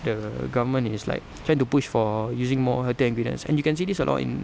the government is like trying to push for using more healthier ingredients and you can see this a lot in